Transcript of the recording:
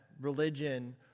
religion